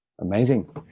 Amazing